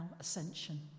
ascension